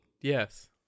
Yes